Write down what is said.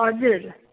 हजुर